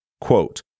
Quote